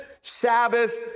Sabbath